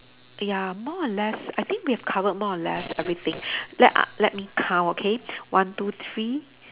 ya more or less I think we have covered more or less everything let uh let me count okay one two three